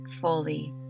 fully